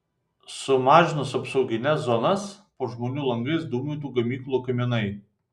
sumažinus apsaugines zonas po žmonių langais dūmytų gamyklų kaminai